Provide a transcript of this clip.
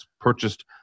purchased